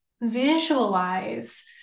visualize